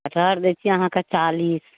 कटहर दैत छियै अहाँके चालीस